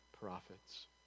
prophets